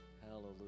Hallelujah